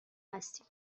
هستم